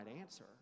answer